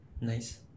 nice